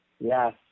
Yes